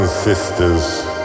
sisters